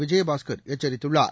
விஜயபாஸ்கர் எச்சரித்துள்ளார்